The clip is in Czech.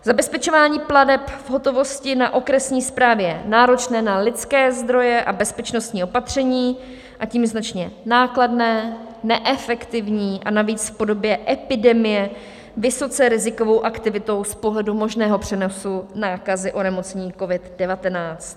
Zabezpečování plateb v hotovosti na okresní správě je náročné na lidské zdroje a bezpečnostní opatření, a tím značně nákladné, neefektivní a navíc v podobě epidemie vysoce rizikovou aktivitou z pohledu možného přenosu nákazy onemocnění COVID19.